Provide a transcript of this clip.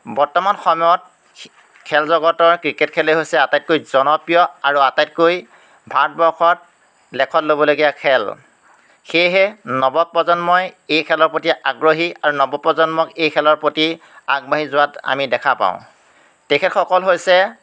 বৰ্তমান সময়ত খেলজগতৰ ক্ৰিকেট খেলেই হৈছে আটাইতকৈ জনপ্ৰিয় আৰু আটাইতকৈ ভাৰতবৰ্ষত লেখত ল'বলগীয়া খেল সেয়েহে নৱপ্ৰজন্মই এই খেলৰ প্ৰতি আগ্ৰহী আৰু নৱপ্ৰজন্মক এই খেলৰ প্ৰতি আগবাঢ়ি যোৱাত আমি দেখা পাওঁ তেখেতসকল হৈছে